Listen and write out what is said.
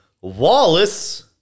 Wallace